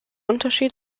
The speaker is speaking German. unterschied